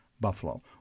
Buffalo